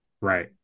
Right